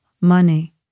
money